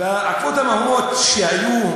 בעקבות המהומות שהיו,